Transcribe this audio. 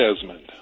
Desmond